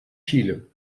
chile